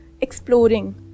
exploring